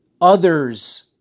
others